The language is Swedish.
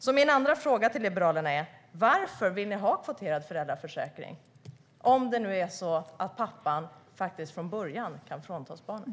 Så min andra fråga till Liberalerna är: Varför vill ni ha kvoterad föräldraförsäkring, om pappan från början kan fråntas barnet?